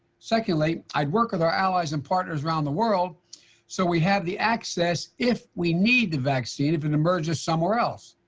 secondly, i'd work with our allies and partners around the world so we have the access, if we need the vaccine, if it and emerges somewhere else.